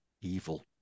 evil